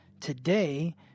Today